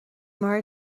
mar